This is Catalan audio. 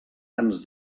ens